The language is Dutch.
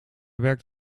werkt